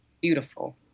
beautiful